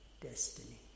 destiny